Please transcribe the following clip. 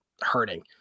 hurting